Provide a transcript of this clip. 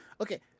Okay